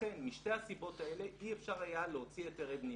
לכן משתי הסיבות האלה אי-אפשר היה להוציא היתרי בניה.